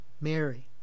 Mary